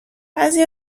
بعضی